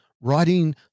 writing